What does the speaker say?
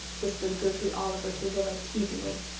whispered gertrude oliver to rilla, teasingly.